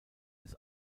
des